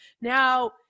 Now